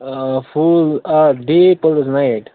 آ فُل آ day plus night